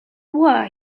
were